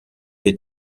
wird